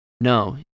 No